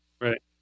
right